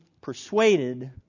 persuaded